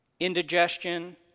indigestion